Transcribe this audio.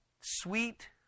sweet